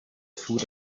food